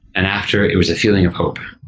and after it was a feeling of hope,